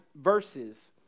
verses